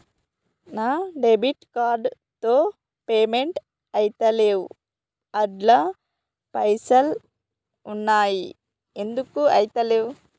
నా debit card తో payment ఐతలేవ్ అండ్ల పైసల్ ఉన్నయి ఎందుకు ఐతలేవ్?